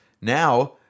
now